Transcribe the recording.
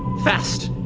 fast!